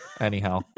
Anyhow